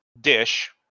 dish